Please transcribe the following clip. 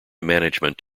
management